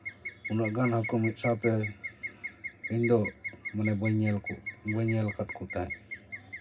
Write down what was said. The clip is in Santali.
ᱩᱱᱟᱹᱜ ᱜᱟᱱ ᱦᱟᱹᱠᱩ ᱢᱤᱫ ᱥᱟᱶᱛᱮ ᱤᱧ ᱫᱚ ᱢᱟᱱᱮ ᱵᱟᱹᱧ ᱧᱮᱞ ᱠᱚ ᱵᱟᱹᱧ ᱧᱮᱞ ᱠᱟᱜ ᱠᱚ ᱛᱟᱦᱮᱸᱜ